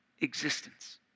existence